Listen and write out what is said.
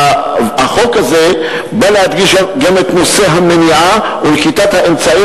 החוק הזה בא להדגיש גם את נושא המניעה ונקיטת האמצעים